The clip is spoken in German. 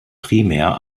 primär